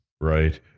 right